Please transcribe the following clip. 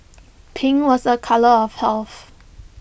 pink was A colour of health